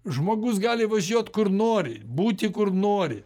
žmogus gali važiuoti kur nori būti kur nori